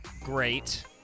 great